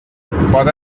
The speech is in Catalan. poden